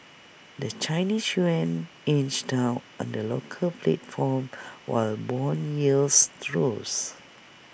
the Chinese Yuan inched down on the local platform while Bond yields rose